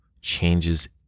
changes